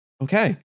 okay